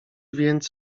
więc